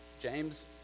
james